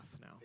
now